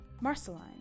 Marceline